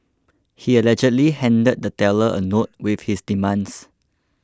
he allegedly handed the teller a note with his demands